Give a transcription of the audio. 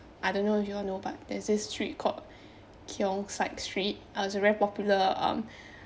I don't know if you all know about there's this street call keong saik street uh it's a very popular um